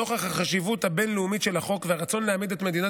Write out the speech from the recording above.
נוכח החשיבות הבין-לאומית של החוק והרצון להעמיד את מדינת